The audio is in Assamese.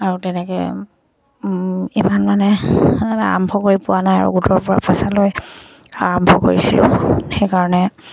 আৰু তেনেকৈ ইমান মানে আৰম্ভ কৰি পোৱা নাই আৰু গোটৰ পৰা পইচা লৈ আৰম্ভ কৰিছিলোঁ সেইকাৰণে